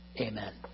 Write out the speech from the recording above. Amen